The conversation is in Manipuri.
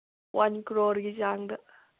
ꯋꯥꯟ ꯀ꯭ꯔꯣꯔꯒꯤ ꯆꯥꯡꯗ